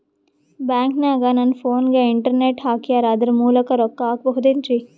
ಬ್ಯಾಂಕನಗ ನನ್ನ ಫೋನಗೆ ಇಂಟರ್ನೆಟ್ ಹಾಕ್ಯಾರ ಅದರ ಮೂಲಕ ರೊಕ್ಕ ಹಾಕಬಹುದೇನ್ರಿ?